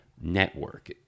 network